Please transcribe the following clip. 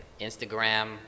Instagram